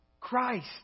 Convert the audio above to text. Christ